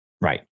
Right